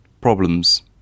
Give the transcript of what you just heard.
problems –